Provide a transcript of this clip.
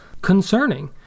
concerning